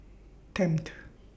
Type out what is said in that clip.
Tempt